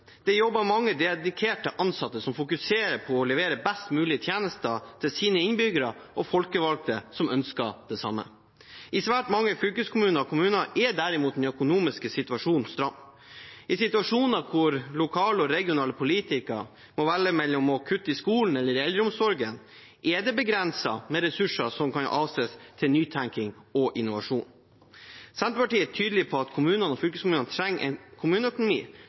Det jobber mange dedikerte ansatte der som fokuserer på å levere best mulige tjenester til sine innbyggere – og folkevalgte som ønsker det samme. I svært mange fylkeskommuner og kommuner er derimot den økonomiske situasjonen stram. I situasjoner der lokale og regionale politikere må velge mellom å kutte i skolen eller i eldreomsorgen, er det begrenset med ressurser som kan avses til nytenkning og innovasjon. Senterpartiet er tydelig på at kommunene og fylkeskommunene trenger en kommuneøkonomi